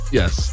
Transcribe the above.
yes